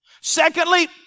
Secondly